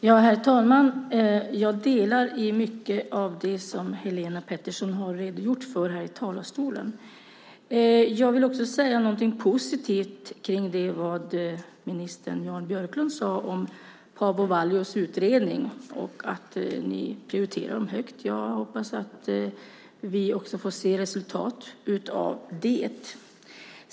Herr talman! Jag delar mycket av det som Helene Petersson har redogjort för här i talarstolen. Jag vill också säga något positivt om det som minister Jan Björklund sade om Paavo Vallius utredning och att man prioriterar den högt. Jag hoppas att vi också får se ett resultat av det.